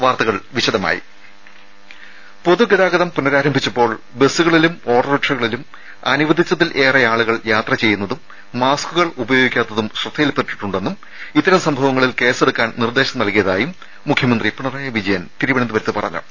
വാർത്തകൾ വിശദമായി പൊതുഗതാഗതം പുനരാരംഭിച്ചപ്പോൾ ബസുകളിലും ഓട്ടോറിക്ഷകളിലും അനുവദിച്ചതിൽ ഏറെ ആളുകൾ യാത്ര ചെയ്യുന്നതും മാസ്കുകൾ ഉപയോഗിക്കാത്തതും ശ്രദ്ധയിൽപ്പെട്ടിട്ടുണ്ടെന്നും സംഭവങ്ങളിൽ ഇത്തരം കേസെടുക്കാൻ നിർദേശം നൽകിയതായും മുഖ്യമന്ത്രി പിണറായി വിജയൻ തിരുവന്തപുരത്ത് പറഞ്ഞു